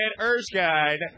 Erskine